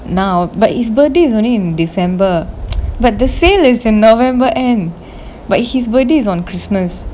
now but his birthday is only december but the sale in november end but his birthday is on christmas